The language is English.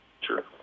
Sure